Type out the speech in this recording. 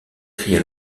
cria